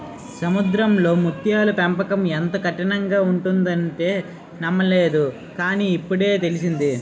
సముద్రంలో ముత్యాల పెంపకం ఎంతో కఠినంగా ఉంటుందంటే నమ్మలేదు కాని, ఇప్పుడే తెలిసింది